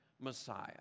Messiah